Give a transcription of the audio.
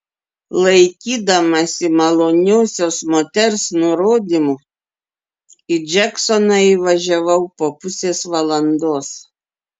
laikydamasi maloniosios moters nurodymų į džeksoną įvažiavau po pusės valandos